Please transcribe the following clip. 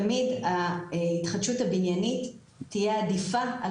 תמיד ההתחדשות הבניינית תהיה עדיפה על